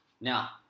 Now